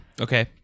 Okay